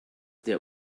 der